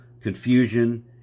confusion